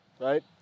right